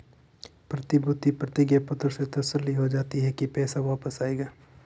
प्रतिभूति प्रतिज्ञा पत्र से तसल्ली हो जाती है की पैसा वापस आएगा